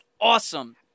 awesome